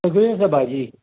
सगळी आसा भाजी